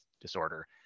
disorder